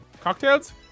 cocktails